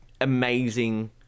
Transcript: amazing